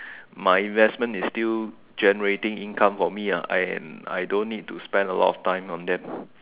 my investment is still generating income for me ah and I don't need to spend a lot of time on them